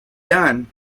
done